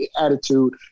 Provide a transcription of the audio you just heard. attitude